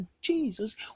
Jesus